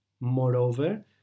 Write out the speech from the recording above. Moreover